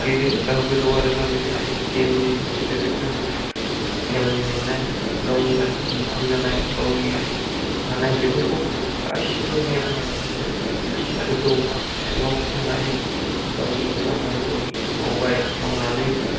गिदिर गोथौ गामियाव बे गेम नि गेजेरजोंनो गावनि मेंनाय गावनि दुखु जानाय गावनि मानाय बेफोरखौ गासैबो बावगोमालांजोबो आरोखि गोथौ सिङाव थानानै गावनि खामानिखौ मावबाय मावनानै